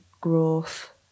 growth